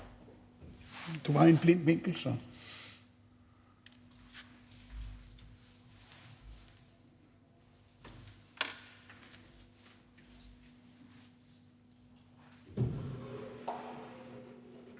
du var i en blind vinkel; jeg